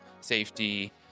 safety